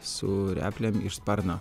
su replėm iš sparno